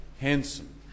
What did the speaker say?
handsome